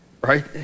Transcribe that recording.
Right